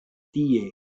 tie